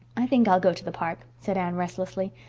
i think i'll go to the park, said anne restlessly.